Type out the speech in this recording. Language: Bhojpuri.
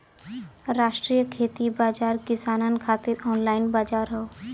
राष्ट्रीय खेती बाजार किसानन खातिर ऑनलाइन बजार हौ